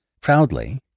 proudly